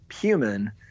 human